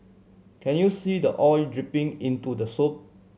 can you see the oil dripping into the soup